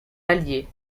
alliés